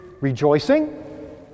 rejoicing